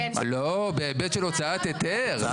לא, בהיבט של הוצאת היתר.